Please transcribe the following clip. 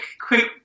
quick